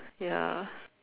ya